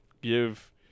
give